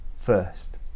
first